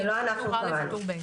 זה לא אנחנו קבענו.